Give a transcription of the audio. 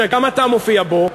שגם אתה מופיע בו.